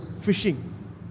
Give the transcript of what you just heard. fishing